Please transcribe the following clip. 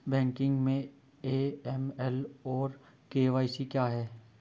Banking में AML और KYC क्या हैं?